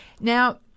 Now